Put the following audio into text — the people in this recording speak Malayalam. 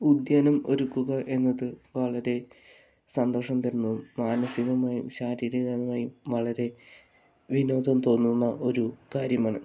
ഉദ്യാനം ഒരുക്കുക എന്നത് വളരെ സന്തോഷം തരുന്നു മാനസികമായും ശാരീരികമായും വളരെ വിനോദം തോന്നുന്ന ഒരു കാര്യമാണ്